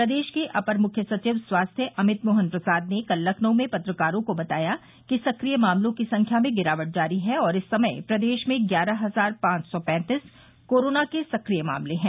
प्रदेश के अपर मुख्य सचिव स्वास्थ्य अमित मोहन प्रसाद ने कल लखनऊ में पत्रकारों को बताया कि सक्रिय मामलों की संख्या में गिरावट जारी है और इस समय प्रदेश में ग्यारह हजार पांच सौ पैंतीस कोरोना के सक्रिय मामले हैं